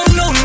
no